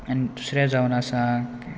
दुसरें जावन आसा